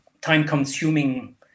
time-consuming